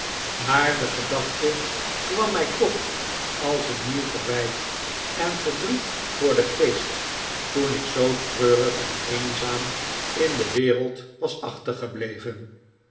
maar de gedachte kwam mij toch als een nieuw verwijt en david copperfield verdriet voor den geest toen ik zoo treurig en eenzaam in de wereld was achtergebleven